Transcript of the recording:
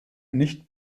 nicht